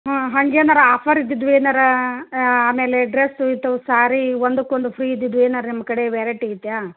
ಹ್ಞೂ ಹಾಗೆ ಏನಾರ ಆಫರ್ ಇದ್ದಿದ್ದರೆ ಏನಾರ ಆಮೇಲೆ ಡ್ರಸ್ ಇಂಥವು ಸಾರಿ ಒಂದಕ್ಕೊಂದು ಫ್ರೀ ಇದ್ದಿದ್ದು ಏನಾರ ನಿಮ್ಮ ಕಡೆ ವೆರೇಟಿ ಇದ್ಯಾ